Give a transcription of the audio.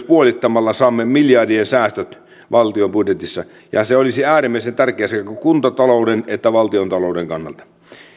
puolittamalla työttömyyden saamme miljardien säästöt valtion budjetissa se olisi äärimmäisen tärkeää sekä kuntatalouden että valtiontalouden kannalta